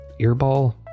earball